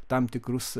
tam tikrus